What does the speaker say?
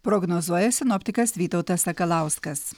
prognozuoja sinoptikas vytautas sakalauskas